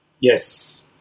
Yes